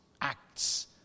Acts